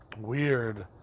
Weird